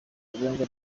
urubanza